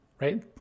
right